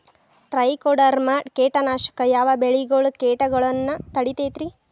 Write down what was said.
Trichoderma ಕೇಟನಾಶಕ ಯಾವ ಬೆಳಿಗೊಳ ಕೇಟಗೊಳ್ನ ತಡಿತೇತಿರಿ?